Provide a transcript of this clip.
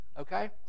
Okay